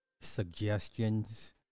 suggestions